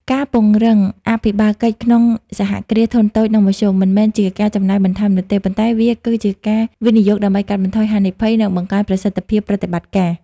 ការពង្រឹងអភិបាលកិច្ចក្នុង សហគ្រាសធុនតូច និងមធ្យម មិនមែនជាការចំណាយបន្ថែមនោះទេ ប៉ុន្តែវាគឺជាការវិនិយោគដើម្បីកាត់បន្ថយហានិភ័យ និងបង្កើនប្រសិទ្ធភាពប្រតិបត្តិការ។